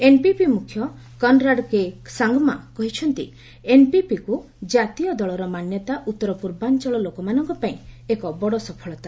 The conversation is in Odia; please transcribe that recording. ଏନ୍ପିପି ମୁଖ୍ୟ କନ୍ରାଡ କେ ସାଙ୍ଗମା କହିଛନ୍ତି ଏନ୍ପିପିକୁ ଜାତୀୟ ଦଳର ମାନ୍ୟତା ଉତ୍ତର ପୂର୍ବାଞ୍ଚଳ ଲୋକମାନଙ୍କ ପାଇଁ ଏକ ବଡ଼ ସଫଳତା